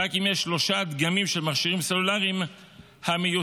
ורק אם יש שלושה דגמים של מכשירים סלולריים המיוצרים